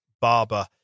Barber